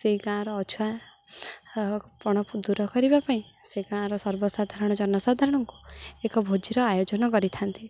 ସେଇ ଗାଁର ଅଛୁଆଁ ପଣ ଦୂର କରିବା ପାଇଁ ସେ ଗାଁର ସର୍ବସାଧାରଣ ଜନସାଧାରଣଙ୍କୁ ଏକ ଭୋଜିର ଆୟୋଜନ କରିଥାନ୍ତି